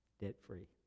Debt-free